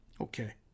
Okay